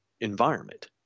environment